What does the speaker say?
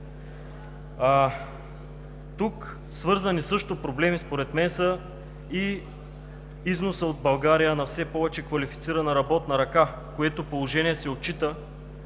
тук свързани проблеми са и износът от България на все повече квалифицирана работна ръка, което положение се отчита.